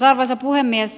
arvoisa puhemies